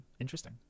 Interesting